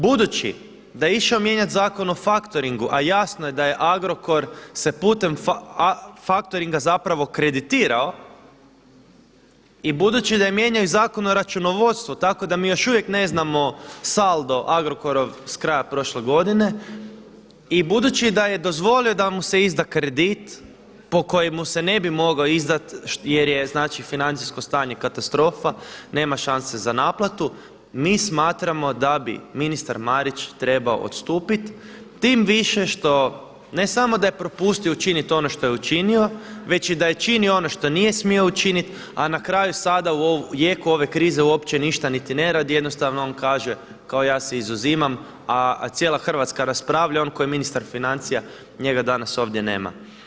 Budući da je išao mijenjati Zakon o faktoringu, a jasno je da se Agrokor putem faktoringa zapravo kreditirao i budući da je mijenjao Zakon o računovodstvu, tako da mi još uvijek ne znamo saldo Agrokorov s kraja prošle godine i budući da je dozvolio da mu izda kredit po kojemu se ne bi mogao izdati jer je financijsko stanje katastrofa, nema šanse za naplatu, mi smatramo da bi ministar Marić trebao odstupiti, tim više što ne samo da je propustio učiniti ono što je učinio već i da je činio ono što nije smio učiniti, a na kraju sada u jeku ove krize uopće ništa niti ne radi, jednostavno on kaže kao ja se izuzimam, a cijela Hrvatska raspravlja, on koji je ministar financija njega danas ovdje nema.